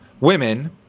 women